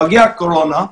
מגיעה הקורונה,